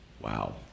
Wow